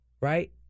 right